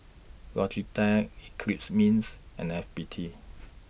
Logitech Eclipse Mints and F B T